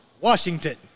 Washington